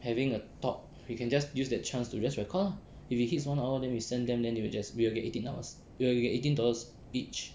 having a talk we can just use that chance to just record lor if it hits one hour then we sent them then they will just we'll get eighteen hours we will get eighteen dollars each